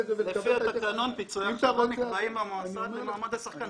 לפי התקנון פיצויי ההכשרה נקבעים במוסד למעמד השחקן,